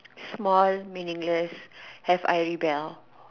small meaningless have I rebelled